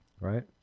right